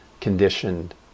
conditioned